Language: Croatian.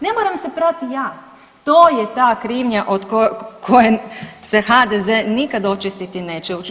Ne moram se prati ja, to je ta krivnja od koje se HDZ nikad očistiti neće.